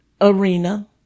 arena